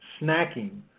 snacking